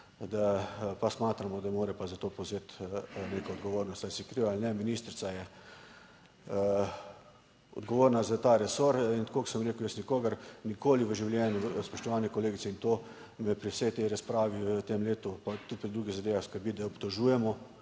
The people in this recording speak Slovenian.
pa smatramo, da mora pa za to prevzeti neko odgovornost ali si kriv ali ne. Ministrica je odgovorna za ta resor in tako kot sem rekel, jaz nikogar nikoli v življenju, spoštovane kolegice, in to me pri vsej tej razpravi v tem letu, pa tudi pri drugih zadevah skrbi, da obtožujemo